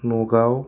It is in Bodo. नगाव